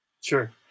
sure